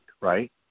right